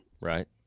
Right